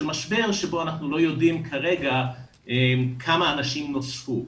משבר שבו אנחנו לא יודעים כרגע כמה אנשים נוספו.